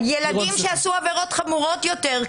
ילדים שעשו עבירות חמורות יותר,